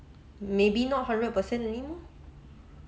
maybe not hundred percent anymore